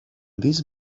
these